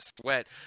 sweat